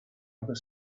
other